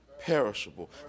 perishable